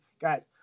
guys